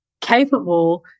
capable